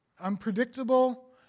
unpredictable